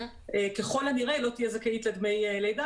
ככל הנראה לא תהיה זכאית לדמי לידה